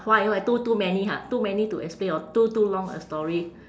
why why too too many ha too many to explain or too too long a story